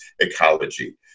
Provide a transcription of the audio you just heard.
ecology